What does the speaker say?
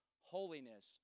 holiness